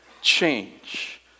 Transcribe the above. change